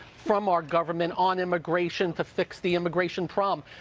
from our government on immigration. to fix the immigration problem.